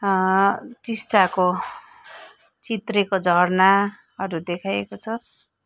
टिस्टाको चित्रेको झरनाहरू देखाइएको छ